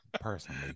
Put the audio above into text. personally